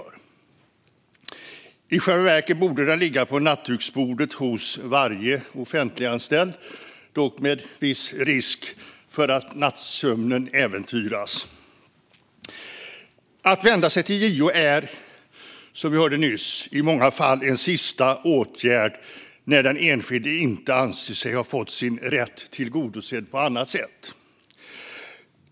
I själva verket borde den ligga på nattduksbordet hos varje offentliganställd, dock med viss risk för att nattsömnen äventyras. Att vända sig till JO är, som vi hörde nyss, i många fall en sista åtgärd när den enskilde inte anser sig ha fått sin rätt tillgodosedd på annat sätt.